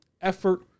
effort